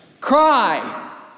cry